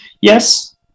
yes